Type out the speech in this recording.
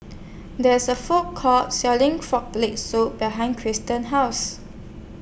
There IS A Food Court Selling Frog Leg Soup behind Christian's House